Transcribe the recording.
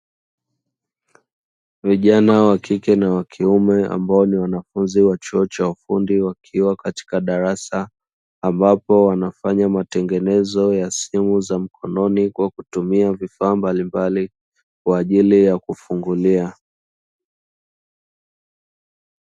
Vijana wa kike na wa kiume, ambao ni wanafunzi wa chuo cha ufundi, wakiwa katika darasa ambapo wanafanya matengenezo ya simu za mkononi kwa kutumia vifaa mbalimbali, kwa ajili ya kufungulia.